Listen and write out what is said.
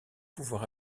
pouvoir